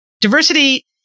Diversity